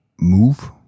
move